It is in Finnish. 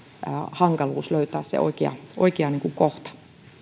hankaluus löytää siinä se oikea kohta